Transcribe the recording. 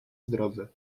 zdrowy